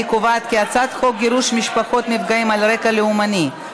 אני קובעת כי הצעת חוק גירוש משפחות מפגעים על רקע לאומני,